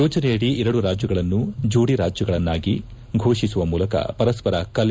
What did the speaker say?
ಯೋಜನೆಯಡಿ ಎರಡು ರಾಜ್ಯಗಳನ್ನು ಜೋಡಿರಾಜ್ಯಗಳನ್ನಾಗಿ ಘೋಷಿಸುವ ಮೂಲಕ ಪರಸ್ಪರ ಕಲೆ